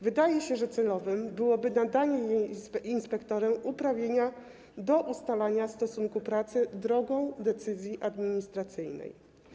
Wydaje się, że celowe byłoby nadanie jej inspektorom uprawnienia do ustalania stosunku pracy drogą decyzji administracyjnej.